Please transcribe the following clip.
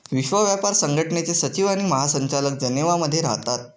विश्व व्यापार संघटनेचे सचिव आणि महासंचालक जनेवा मध्ये राहतात